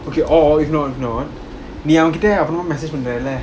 okay or or if not if not நீஅவன்கிட்ட:nee avankitta message பண்றியா:panria